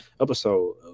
episode